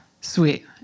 Sweet